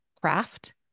craft